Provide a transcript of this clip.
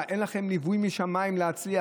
דשמיא, אין לכם ליווי משמיים להצליח.